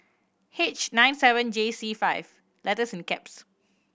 H nine seven J C five and